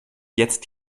jetzt